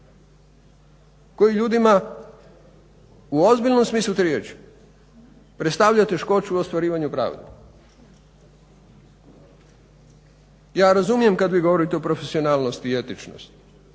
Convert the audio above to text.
koji ljudima u ozbiljnom smislu te riječi predstavlja teškoću u ostvarivanju pravde. Ja razumijem kada vi govorite o profesionalnosti i etičnosti,